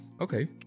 Okay